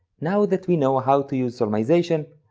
now that we know how to use solmization,